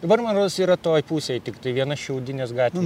dabar man rodos yra toj pusėj tiktai viena šiaudinės gatvė